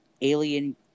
alien